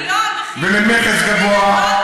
ולמכס גבוה,